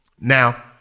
Now